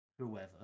whoever